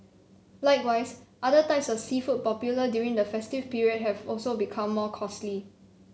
likewise other types of seafood popular during the festive period have also become more costly